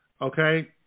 okay